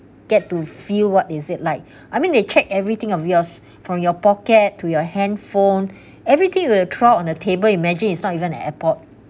get to feel what is it like I mean they check everything of yours from your pocket to your hand phone everything you will throw on the table imagine it's not even an airport